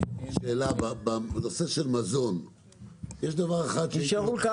שאלה, בנושא של מזון יש דבר אחד, זו גם